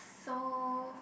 so